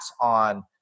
on